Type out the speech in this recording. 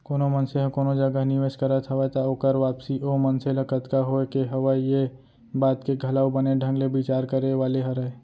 कोनो मनसे ह कोनो जगह निवेस करत हवय त ओकर वापसी ओ मनसे ल कतका होय के हवय ये बात के घलौ बने ढंग ले बिचार करे वाले हरय